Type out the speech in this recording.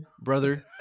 brother